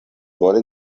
bone